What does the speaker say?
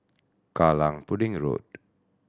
Kallang Pudding Road